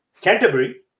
Canterbury